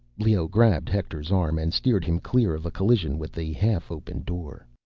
leoh grabbed hector's arm and steered him clear of a collision with the half-open door.